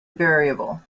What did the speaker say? variable